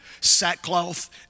sackcloth